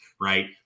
right